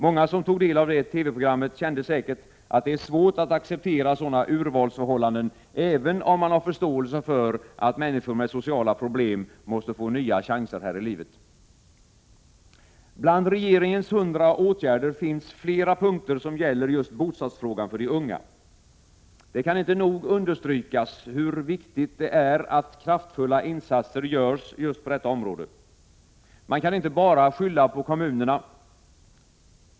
Många som tog del av det TV-programmet kände säkert att det är svårt att acceptera sådana urvalsförhållanden, även om man har förståelse för att människor med sociala problem måste få nya chanser här i livet. Bland regeringens ”100 åtgärder” finns flera punkter som gäller just bostadsfrågan för de unga. Det kan inte nog understrykas hur viktigt det är att kraftfulla insatser görs just på detta område. Man kan inte bara skylla på kommunerna.